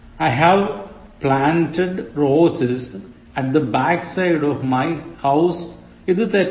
I have planted roses at the back side of my house ഇത് തെറ്റാണ്